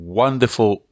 wonderful